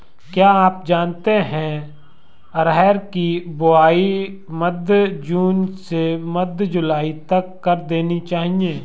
क्या आप जानते है अरहर की बोआई मध्य जून से मध्य जुलाई तक कर देनी चाहिये?